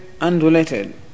unrelated